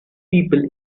people